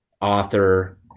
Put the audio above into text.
author